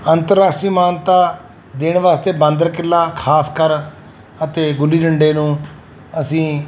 ਅੰਤਰਰਾਸ਼ਟਰੀ ਮਾਨਤਾ ਦੇਣ ਵਾਸਤੇ ਬਾਂਦਰ ਕਿੱਲਾ ਖਾਸ ਕਰ ਅਤੇ ਗੁੱਲੀ ਡੰਡੇ ਨੂੰ ਅਸੀਂ